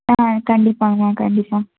ஆ கண்டிப்பாங்கமா கண்டிப்பாக